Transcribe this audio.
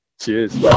Cheers